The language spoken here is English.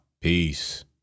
Peace